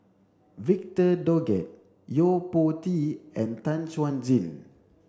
Victor Doggett Yo Po Tee and Tan Chuan Jin